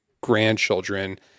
grandchildren